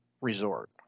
resort